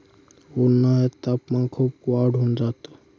उन्हाळ्यात तापमान खूप वाढून जात